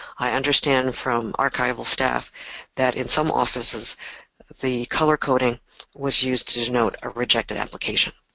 i understand from archival staff that in some offices the color-coding was used to denote a rejected application.